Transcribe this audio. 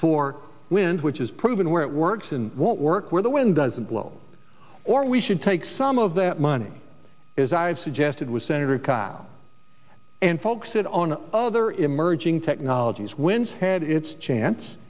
for wind which is proven where it works and won't work where the wind doesn't blow or we should take some of that money is i've suggested with senator kyl and folks it on other emerging technologies wins had its chance